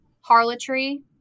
harlotry